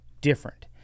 different